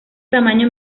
tamaño